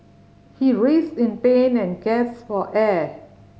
he writhed in pain and gasped for air